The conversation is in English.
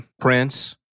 Prince